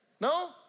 No